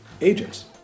agents